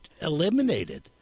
eliminated